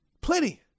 Plenty